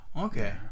Okay